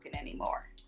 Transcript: anymore